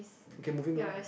okay moving on